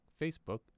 Facebook